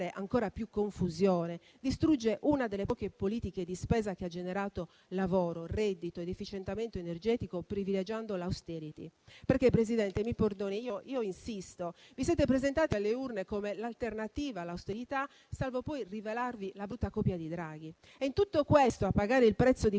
ancora più confusione distrugge una delle poche politiche di spesa che ha generato lavoro, reddito ed efficientamento energetico privilegiando l'*austerity.* Presidente, mi perdoni se insisto, ma vi siete presentati alle urne come l'alternativa all'austerità, salvo poi rivelarvi la brutta copia di Draghi. In tutto questo, a pagare il prezzo di